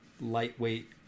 lightweight